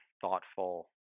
thoughtful